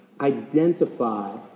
identify